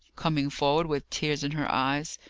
coming forward with tears in her eyes.